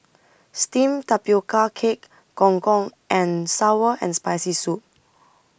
Steamed Tapioca Cake Gong Gong and Sour and Spicy Soup